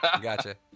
gotcha